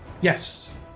yes